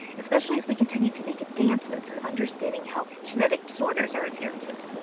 especially as we continue to make advancements in understanding how genetic disorders are inherited.